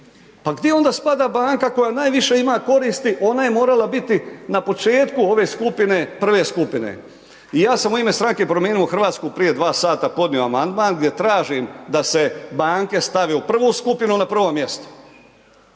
pa gdje onda spada banka koja najviše ima koristi, ona je morala biti na početku ove skupine, prve skupine. I ja sam u ime Stranke promijenimo Hrvatsku prije dva sata podnio amandman gdje tražim da se banke stave u prvu skupinu, na prvo mjesto,